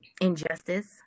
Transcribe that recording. injustice